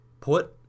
Put